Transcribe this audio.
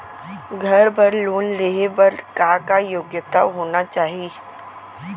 घर बर लोन लेहे बर का का योग्यता होना चाही?